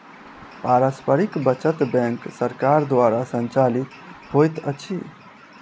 पारस्परिक बचत बैंक सरकार द्वारा संचालित होइत अछि